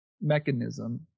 mechanism